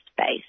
space